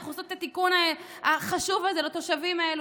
אנחנו עושות את התיקון החשוב הזה לתושבים האלה,